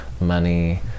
money